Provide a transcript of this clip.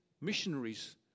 missionaries